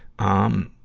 um,